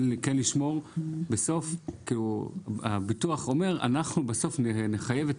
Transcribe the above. בסוף הביטוח אומר, אנחנו נעלה את